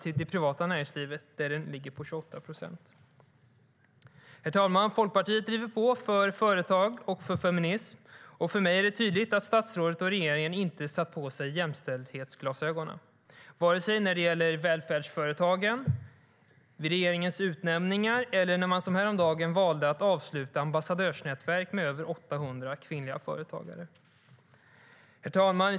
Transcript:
I det privata näringslivet är det 28 procent. Herr talman!